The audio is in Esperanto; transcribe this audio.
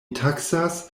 taksas